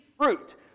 fruit